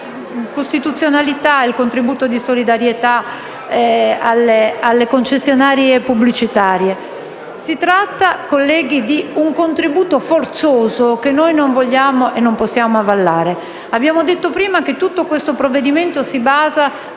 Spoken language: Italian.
costituzionalità il contributo di solidarietà dalle concessionarie pubblicitarie. Si tratta, colleghi, di un contributo forzoso, che non vogliamo e non possiamo avallare. Abbiamo detto prima che tutto questo provvedimento si basa